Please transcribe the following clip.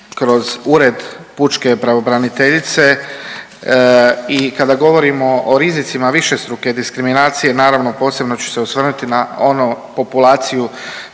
kroz Ured pučke pravobraniteljice i kada govorimo o rizicima višestruke diskriminacije, naravno posebno ću se osvrnuti na onu populaciju